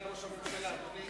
אדוני